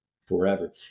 forever